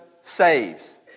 saves